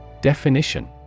Definition